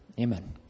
Amen